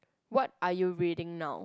what are your reading now